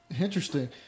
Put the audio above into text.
interesting